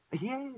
Yes